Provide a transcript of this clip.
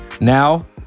Now